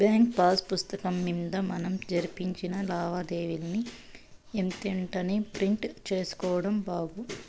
bank pass పుస్తకం మింద మనం జరిపిన లావాదేవీలని ఎంతెంటనే ప్రింట్ సేసుకోడం బాగు